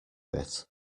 bit